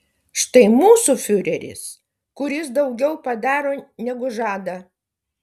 štai mūsų fiureris kuris daugiau padaro negu žada